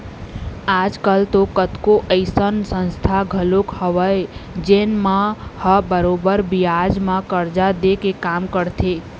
आज कल तो कतको अइसन संस्था घलोक हवय जेन मन ह बरोबर बियाज म करजा दे के काम करथे